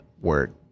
work